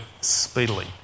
speedily